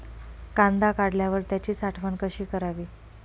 कांदा काढल्यावर त्याची साठवण कशी करावी?